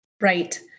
Right